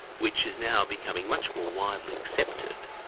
which is now becoming much more widely accepted,